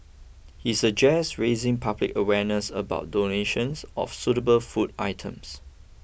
he suggested raising public awareness about donations of suitable food items